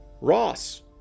Ross